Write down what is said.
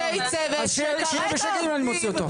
אז שיהיה בשקט, אם לא אני מוציא אותו.